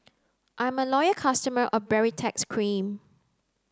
I'm a loyal customer of Baritex Cream